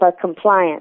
compliance